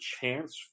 chance